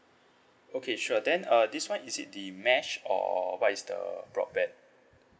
okay sure then uh this one is it the mesh or what is the broadband